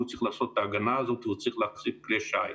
הוא צריך לעשות את ההגנה הזאת והוא צריך להחזיק כלי שיט,